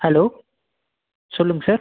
hello சொல்லுங்கள் sir